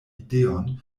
ideon